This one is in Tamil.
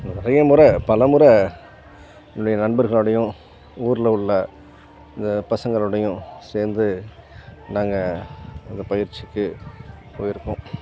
நிறைய முறை பல முறை என்னுடைய நண்பர்களோடையும் ஊர்ல உள்ள இந்த பசங்களோடையும் சேர்ந்து நாங்கள் அங்கே பயிற்சிக்குப் போயிருக்கோம்